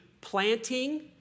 planting